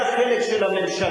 לא, זה החלק של הממשלה,